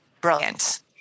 brilliant